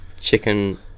Chicken